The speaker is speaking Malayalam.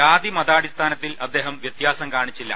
ജാതി മതാടിസ്ഥാനത്തിൽ അദ്ദേഹം വൃത്യാസം കാണിച്ചില്ല